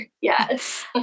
Yes